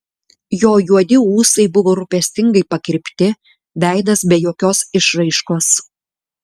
jo juodi ūsai buvo rūpestingai pakirpti veidas be jokios išraiškos